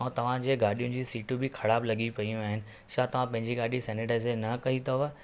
ऐं तव्हांजे गाॾियूं जी सीटूं ख़राबु लॻी पियूं आहिनि छा तव्हां पंहिंजी गाॾी सेनीटाइज़र न कई अथव